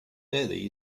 early